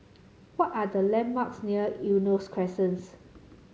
what are the landmarks near Eunos Crescent